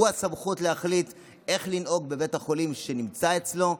הוא הסמכות להחליט איך לנהוג בבית החולים שנמצא בניהולו,